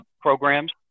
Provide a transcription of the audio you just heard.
programs